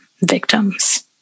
victims